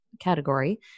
category